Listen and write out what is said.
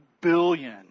billion